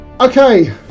okay